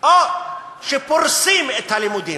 או שפורסים את הלימודים.